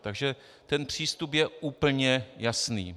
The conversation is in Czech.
Takže ten přístup je úplně jasný.